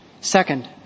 Second